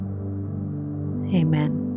Amen